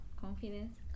Confidence